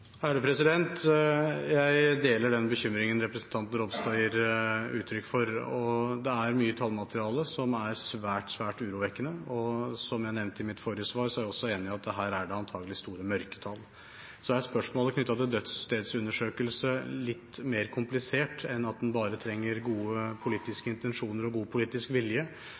er mye tallmateriale som er svært, svært urovekkende, og som jeg nevnte i mitt forrige svar, er jeg også enig i at her er det antageligvis store mørketall. Så er spørsmålet knyttet til dødsstedsundersøkelse litt mer komplisert enn at en bare trenger gode politiske intensjoner og god politisk vilje.